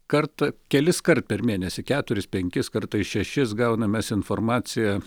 kartą keliskart per mėnesį keturis penkis kartais šešis gaunam mes informaciją